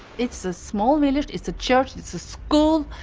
it's a small village, it's a church, it's a school,